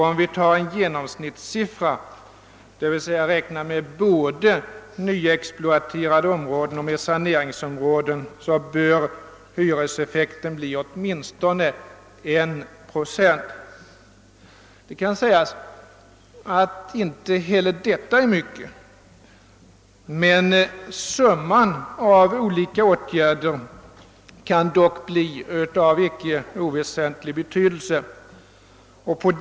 Om vi tar en genomsnittssiffra — d.v.s. om vi räknar med både nyexploaterade områden och saneringsområden — bör hyreseffekten, bli åtminstone 1 procent. Det kan sägas att inte heller detta är mycket, men summan av olika åtgärder kan bli av icke oväsentlig betydelse.